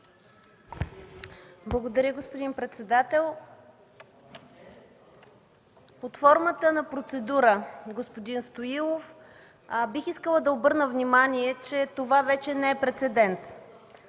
Благодаря, господин председател. Под формата на процедура, господин Стоилов, бих искала да обърна внимание, че това вече не е прецедент.